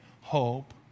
hope